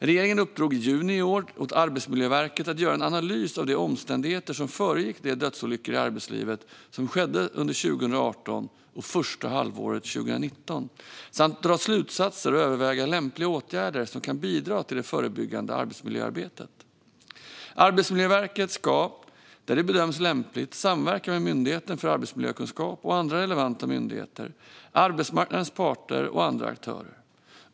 Regeringen uppdrog i juni i år åt Arbetsmiljöverket att göra en analys av de omständigheter som föregick de dödsolyckor i arbetslivet som skedde under 2018 och första halvåret 2019 samt dra slutsatser och överväga lämpliga åtgärder som kan bidra till det förebyggande arbetsmiljöarbetet. Arbetsmiljöverket ska, där det bedöms lämpligt, samverka med Myndigheten för arbetsmiljökunskap och andra relevanta myndigheter, arbetsmarknadens parter och andra aktörer.